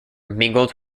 mingled